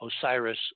Osiris